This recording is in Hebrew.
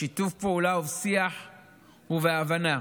בשיתוף פעולה ובשיח והבנה